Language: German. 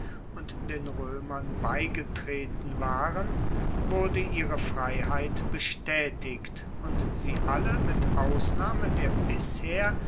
und den roemern beigetreten waren wurde ihre freiheit bestaetigt und sie alle mit ausnahme der bisher